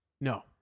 No